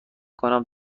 کنم